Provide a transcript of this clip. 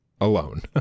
alone